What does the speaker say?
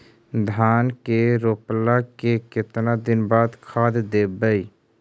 धान के रोपला के केतना दिन के बाद खाद देबै?